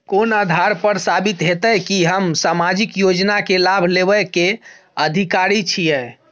कोन आधार पर साबित हेते की हम सामाजिक योजना के लाभ लेबे के अधिकारी छिये?